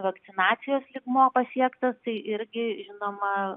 vakcinacijos lygmuo pasiektas tai irgi žinoma